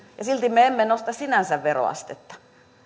ja silti me emme nosta veroastetta sinänsä